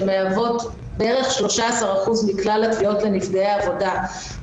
שמהוות בערך 13% מכלל התביעות לנפגעי עבודה.